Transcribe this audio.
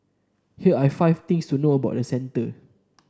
here are five things to know about the centre